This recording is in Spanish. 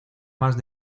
más